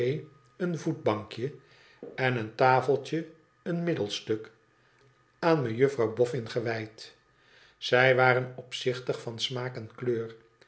een voetbankje en een tafeltje een middelstuk aan mejuffrouw bofïin gewijd zij waren opzichtig van smaak en kleur